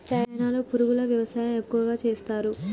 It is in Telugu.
చైనాలో పురుగుల వ్యవసాయం ఎక్కువగా చేస్తరు